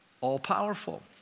all-powerful